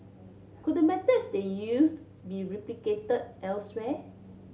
could the methods they used be replicated elsewhere